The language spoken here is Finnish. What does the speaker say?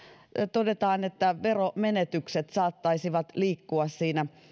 todetaan että veromenetykset saattaisivat liikkua siinä